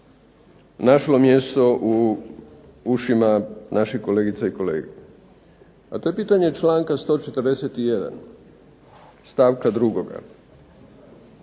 našlo mjesto u ušima naših kolegica i kolega. A to je pitanje čl. 141., stavka 2.